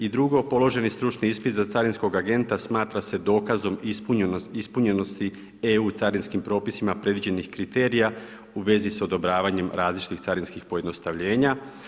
I drugo položeni stručni ispit za carinskog agenta smatra se dokazom ispunjenosti EU carinskim propisima predviđenih kriterija u vezi sa odobravanjem različitih carinskih pojednostavljenja.